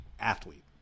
athlete